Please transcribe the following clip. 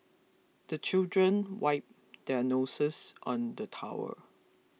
the children wipe their noses on the towel